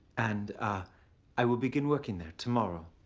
and ah i will begin working there tomorrow.